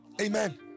Amen